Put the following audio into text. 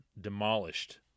demolished